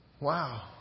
Wow